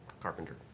Carpenter